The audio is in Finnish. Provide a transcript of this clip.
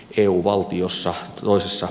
eu valtiossa ja muissa